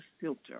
filter